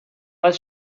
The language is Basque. bat